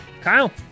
Kyle